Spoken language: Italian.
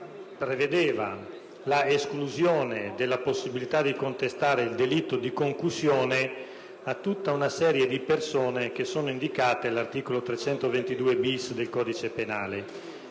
perché prevedeva l'esclusione della possibilità di contestare il delitto di concussione a tutta una serie di persone, indicate all'articolo 322-*bis* del codice penale.